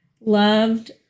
loved